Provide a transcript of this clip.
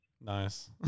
Nice